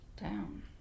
down